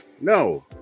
No